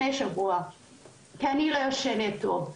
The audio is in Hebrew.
כי אני לא ישנה טוב.